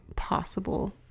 possible